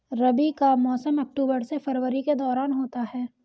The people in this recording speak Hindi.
रबी का मौसम अक्टूबर से फरवरी के दौरान होता है